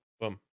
Boom